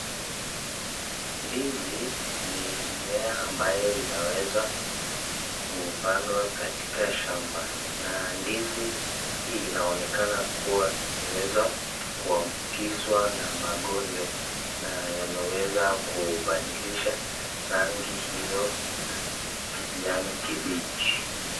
Ndizi ni mmea ambayo inaweza kupandwa katika shamba na ndizi hii inaonekana kuwa imeweza kuambukizwa na magonjwa na yameweza kubadilisha rangi hiyo ya kijani kibichi.